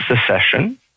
secession